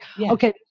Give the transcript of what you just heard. okay